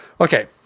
Okay